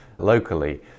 Locally